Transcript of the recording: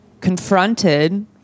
confronted